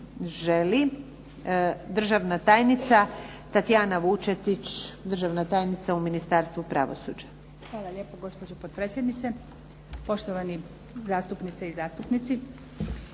Želi. Državna tajnica Tatjana Vučetić, državna tajnica u Ministarstvu pravosuđa. **Vučetić, Tatijana** Hvala lijepo gospođo potpredsjednice. Poštovani zastupnice i zastupnici.